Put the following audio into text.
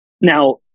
Now